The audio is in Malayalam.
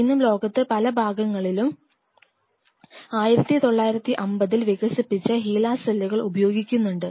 ഇന്നും ലോകത്ത് പല ഭാഗങ്ങളിലും 1950 ൽ വികസിപ്പിച്ച ഹീലാ സെല്ലുകൾ ഉപയോഗിക്കുന്നുണ്ട്